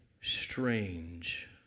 strange